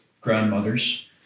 grandmothers